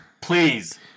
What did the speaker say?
Please